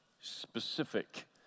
specific